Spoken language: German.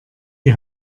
die